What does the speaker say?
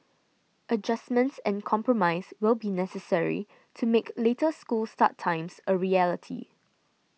adjustments and compromise will be necessary to make later school start times a reality